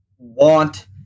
want